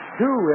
two